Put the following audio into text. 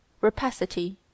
rapacity